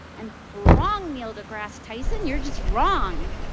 and wrong, neil degrasse tyson. you're just wrong